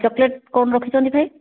chocolate କ'ଣ ରଖିଛନ୍ତି ଭାଇ